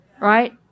Right